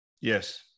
Yes